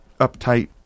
uptight